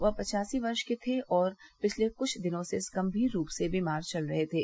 वह पचासी वर्ष के थे और पिछले कूछ दिनों से गम्भीर रूप से बीमार चल रहे थे